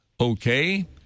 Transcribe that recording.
Okay